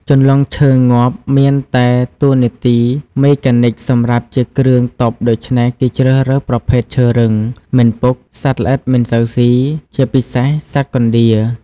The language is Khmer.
ជន្លង់ឈើងាប់មានតែតួនាទីមេកានិកសម្រាប់ជាគ្រឿងទប់ដូច្នេះគេជ្រើសរើស ប្រភេទឈើរឹង មិនពុក សត្វល្អិតមិនសូវស៊ី ជាពិសេសសត្វកណ្តៀរ។